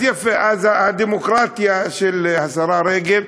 אז הדמוקרטיה של השרה רגב,